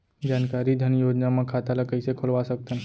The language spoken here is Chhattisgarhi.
जानकारी धन योजना म खाता ल कइसे खोलवा सकथन?